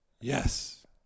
Yes